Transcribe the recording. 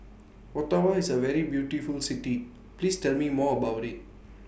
Ottawa IS A very beautiful City Please Tell Me More about IT